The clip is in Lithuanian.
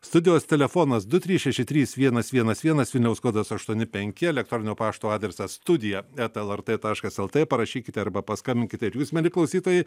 studijos telefonas du trys šeši trys vienas vienas vienas vilniaus kodas aštuoni penki elektroninio pašto adresas studija eta lrt taškas lt parašykite arba paskambinkite ir jūs mieli klausytojai